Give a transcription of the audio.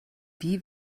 wie